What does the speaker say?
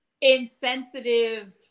insensitive